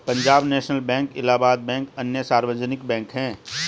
Punjab National Bank Allahabad Bank अन्य सार्वजनिक bank है